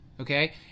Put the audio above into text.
Okay